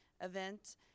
event